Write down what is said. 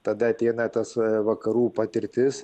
tada ateina tas vakarų patirtis